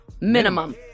Minimum